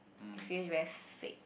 it feels very fake